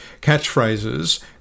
catchphrases